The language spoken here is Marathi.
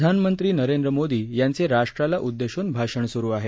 प्रधानमंत्री नरेंद्र मोदी यांचे राष्ट्राला उद्देशून भाषण सुरु आहे